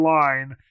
line